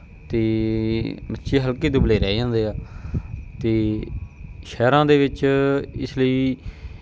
ਅਤੇ ਬੱਚੇ ਹਲਕੇ ਦੁਬਲੇ ਰਹਿ ਜਾਂਦੇ ਆ ਅਤੇ ਸ਼ਹਿਰਾਂ ਦੇ ਵਿੱਚ ਇਸ ਲਈ